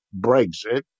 Brexit